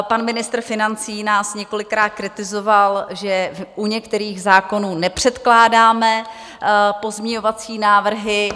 Pan ministr financí nás několikrát kritizoval, že u některých zákonů nepředkládáme pozměňovací návrhy.